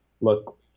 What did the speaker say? look